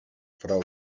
frau